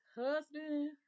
husband